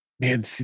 Man